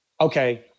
okay